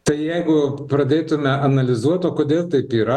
tai jeigu pradėtume analizuot o kodėl taip yra